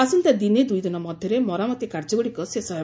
ଆସନ୍ତା ଦିନେ ଦୂଇ ଦିନ ମଧ୍ଧରେ ମରାମତି କାର୍ଯ୍ୟଗୁଡ଼ିକ ଶେଷ ହେବ